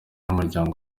n’umuryango